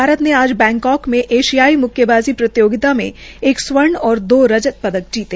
भारत ने आज बैंकांक में एशियाई मुक्केबाज़ी प्रतियोगिता में एक स्वर्ण और दो रजत पदक जीते